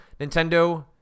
Nintendo